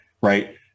Right